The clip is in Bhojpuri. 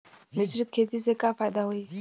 मिश्रित खेती से का फायदा होई?